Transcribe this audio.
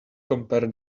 compare